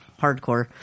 hardcore